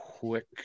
quick